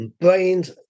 brains